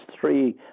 three